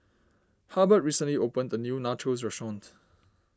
Hubbard recently opened a new Nachos restaurant